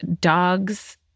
dogs